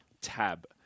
Tab